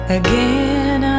again